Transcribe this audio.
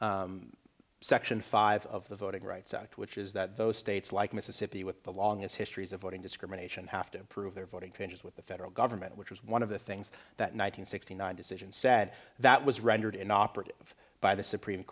law section five of the voting rights act which is that those states like mississippi with the long as histories of voting discrimination have to improve their voting opinions with the federal government which was one of the things that nine hundred sixty nine decision said that was rendered in operative by the supreme